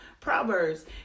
Proverbs